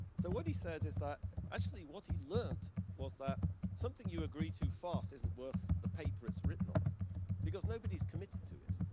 so what he said is that actually what he'd learnt was that something you agree to fast isn't worth the paper it's written on because nobody's committed to it.